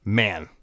man